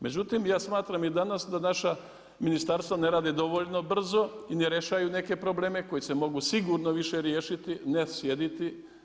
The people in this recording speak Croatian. Međutim, ja smatram i danas da naša ministarstva ne rade dovoljno brzo i ne rješaju neke probleme koji se mogu sigurno više riješiti ne sjediti.